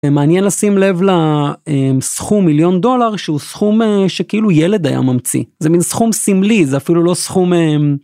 מעניין לשים לב לסכום מיליון דולר שהוא סכום שכאילו ילד היה ממציא זה מין סכום סמלי זה אפילו לא סכום...